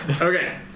Okay